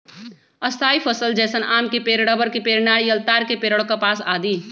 स्थायी फसल जैसन आम के पेड़, रबड़ के पेड़, नारियल, ताड़ के पेड़ और कपास आदि